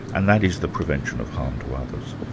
and that is the prevention of harm to others.